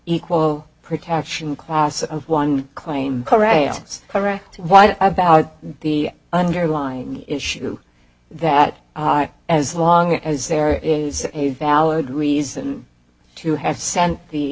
equal protection class of one claim it's correct what about the underlying issue that as long as there is a valid reason to have sent the